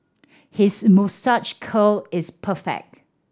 his moustache curl is perfect